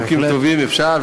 חוקים טובים אפשר.